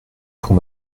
pour